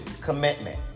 Commitment